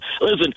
Listen